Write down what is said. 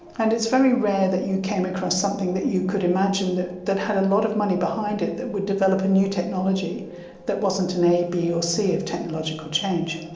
and it's very rare that you came across something that you could imagine that that had a lot of money behind it that would develop a new technology that wasn't an a b ah c of technological change.